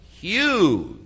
Huge